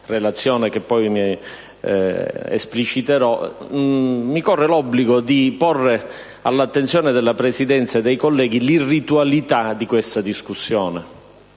lacuna che poi espliciterò, mi corre l'obbligo di porre all'attenzione della Presidenza e dei colleghi l'irritualità di questa discussione.